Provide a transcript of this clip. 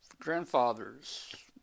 grandfathers